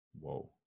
Whoa